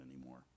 anymore